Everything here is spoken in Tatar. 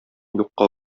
юкка